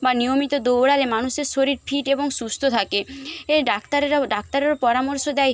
বা নিয়মিত দৌড়ালে মানুষের শরীর ফিট এবং সুস্থ থাকে এ ডাক্তারেরাও ডাক্তারও পরামর্শ দেয়